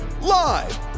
Live